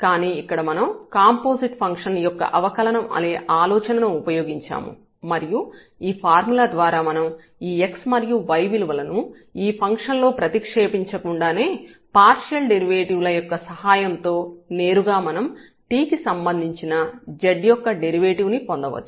కానీ ఇక్కడ మనం కాంపోజిట్ ఫంక్షన్ యొక్క అవకలనం అనే ఆలోచన ను ఉపయోగించాము మరియు ఈ ఫార్ములా ద్వారా మనం ఈ x మరియు y విలువలను ఈ ఫంక్షన్ లో ప్రతిక్షేపించకుండానే పార్షియల్ డెరివేటివ్ ల యొక్క సహాయంతో నేరుగా మనం t కి సంబంధించిన z యొక్క డెరివేటివ్ ని పొందవచ్చు